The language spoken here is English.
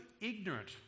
ignorant